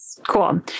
Cool